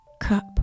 cup